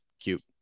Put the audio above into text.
cute